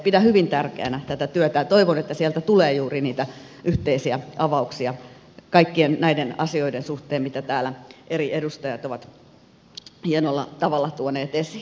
pidän hyvin tärkeänä tätä työtä ja toivon että sieltä tulee juuri niitä yhteisiä avauksia kaikkien näiden asioiden suhteen mitä täällä eri edustajat ovat hienolla tavalla tuoneet esiin